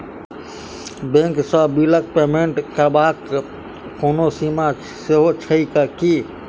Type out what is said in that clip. Bank सँ बिलक payment करबाक कोनो सीमा सेहो छैक की?